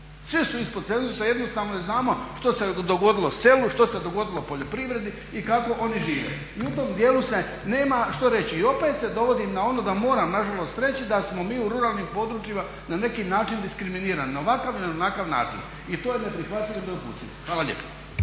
svi su ispod cenzusa. Jednostavno i znamo što se dogodilo selu, što se dogodilo poljoprivredi i kako oni žive. I u tom dijelu se nema što reći. I opet se dovodim na ono da moram na žalost reći da smo mi u ruralnim područjima na neki način diskriminirani na ovakav ili onakav način i to je neprihvatljivo i za u buduće. Hvala lijepa.